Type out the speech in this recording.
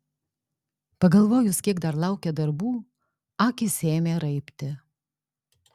pagalvojus kiek dar laukia darbų akys ėmė raibti